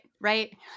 Right